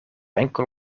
enkel